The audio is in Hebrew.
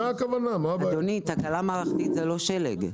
אדוני, תקלה מערכתית זה לא שלג.